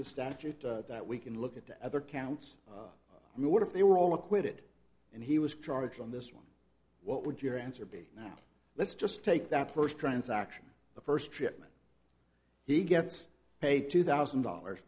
the statute that we can look at the other counts and what if they were all acquitted and he was charged on this one what would your answer be now let's just take that first transaction the first shipment he gets paid two thousand dollars